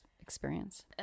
experience